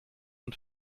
und